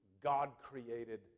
God-created